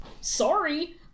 sorry